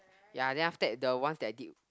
ya then after that the ones that I did